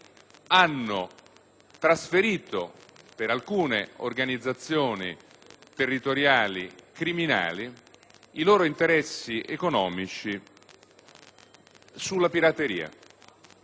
trasferito, per alcune organizzazioni territoriali criminali, i loro interessi economici sulla pirateria. Si tratta